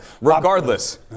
Regardless